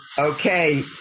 okay